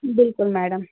بِلکُل میڈم